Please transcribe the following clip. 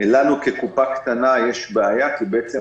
לנו כקופה קטנה יש בעיה כי בעצם